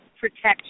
protection